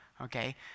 okay